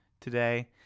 today